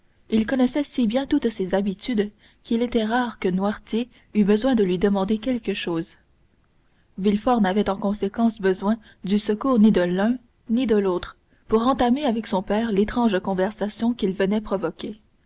il connaissait si bien toutes ses habitudes qu'il était rare que noirtier eût besoin de lui demander quelque chose villefort n'avait en conséquence besoin du secours ni de l'un ni de l'autre pour entamer avec son père l'étrange conversation qu'il venait provoquer